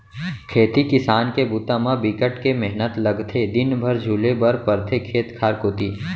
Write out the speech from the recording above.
खेती किसान के बूता म बिकट के मेहनत लगथे दिन भर झुले बर परथे खेत खार कोती